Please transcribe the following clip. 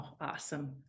awesome